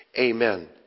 Amen